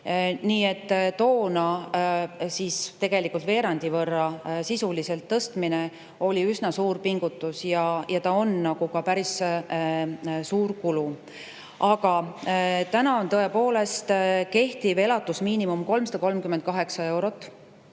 Nii et toona sisuliselt veerandi võrra tõstmine oli üsna suur pingutus ja ta on ka päris suur kulu. Aga praegu on tõepoolest kehtiv elatusmiinimum 338 eurot,